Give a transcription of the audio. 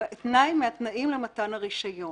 תנאי מהתנאים למתן הרישיון".